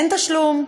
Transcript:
אין תשלום,